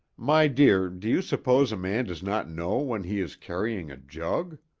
my dear, do you suppose a man does not know when he is carrying a jug?